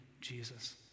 Jesus